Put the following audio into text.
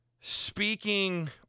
speaking